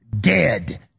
Dead